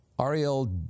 Ariel